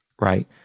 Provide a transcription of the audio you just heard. right